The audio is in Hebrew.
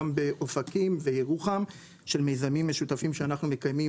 גם באופקים וירוחם של מיזמים משותפים שאנחנו מקיימים